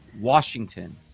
Washington